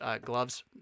gloves